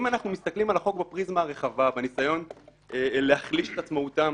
אם אנחנו מסתכלים על החוק בפריזמה הרחבה ועל הניסיון להחליש את עצמאותם